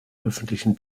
öffentlichen